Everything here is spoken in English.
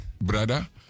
brother